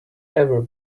ever